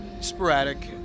Sporadic